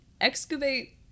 excavate